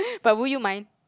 but would you mind